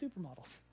supermodels